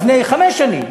לפני חמש שנים,